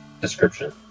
description